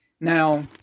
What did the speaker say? Now